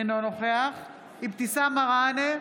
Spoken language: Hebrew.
אינו נוכח אבתיסאם מראענה,